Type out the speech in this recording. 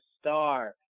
star